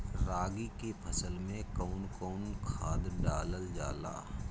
रागी के फसल मे कउन कउन खाद डालल जाला?